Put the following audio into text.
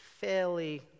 fairly